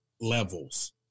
levels